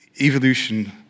evolution